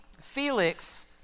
Felix